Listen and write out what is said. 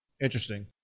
Interesting